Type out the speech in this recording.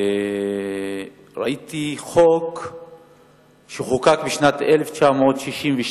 ראיתי חוק שחוקק בשנת 1962,